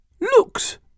looks